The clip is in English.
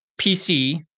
PC